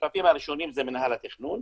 השותפים הראשונים זה מינהל התכנון,